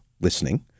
listening